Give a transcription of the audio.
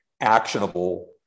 actionable